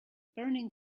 burning